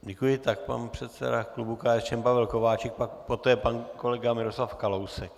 Děkuji, tak pan předseda klubu KSČM Pavel Kováčik a poté pan kolega Miroslav Kalousek.